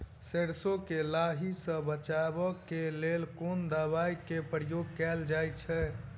सैरसो केँ लाही सऽ बचाब केँ लेल केँ दवाई केँ प्रयोग कैल जाएँ छैय?